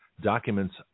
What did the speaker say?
Documents